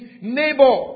neighbor